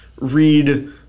read